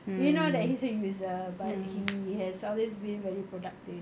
you know that he's in uh but he has always been very productive